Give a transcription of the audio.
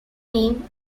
name